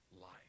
life